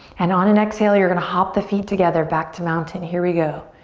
and on an exhale you're gonna hop the feet together back to mountain. here we go.